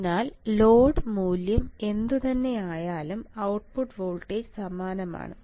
അതിനാൽ ലോഡ് മൂല്യം എന്തുതന്നെയായാലും ഔട്ട്പുട്ട് വോൾട്ടേജ് സമാനമാണ്